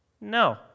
no